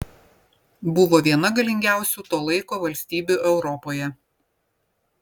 buvo viena galingiausių to laiko valstybių europoje